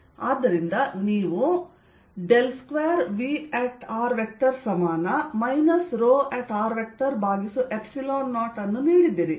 ಆದ್ದರಿಂದ ನೀವು 2Vr ρ0 ಅನ್ನು ನೀಡಿದ್ದೀರಿ